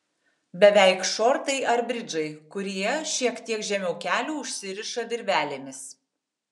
beveik šortai ar bridžai kurie šiek tiek žemiau kelių užsiriša virvelėmis